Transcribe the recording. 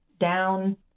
down